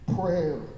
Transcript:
prayer